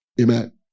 amen